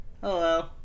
Hello